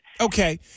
Okay